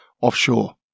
offshore